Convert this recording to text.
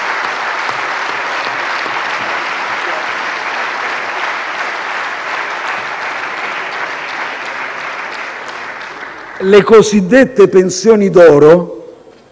Le cosiddette pensioni d'oro